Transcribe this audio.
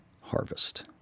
harvest